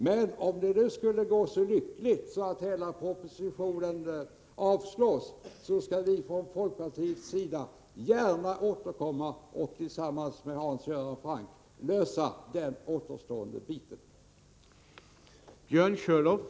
Men om det nu skulle gå så lyckligt att hela propositionen avslås skall vi från folkpartiets sida gärna återkomma och tillsammans med Hans Göran Franck lösa problemet med den återstående biten.